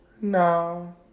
No